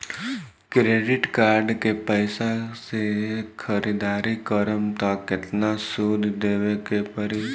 Credit card के पैसा से ख़रीदारी करम त केतना सूद देवे के पड़ी?